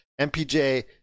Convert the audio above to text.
MPJ